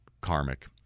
karmic